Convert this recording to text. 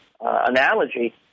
analogy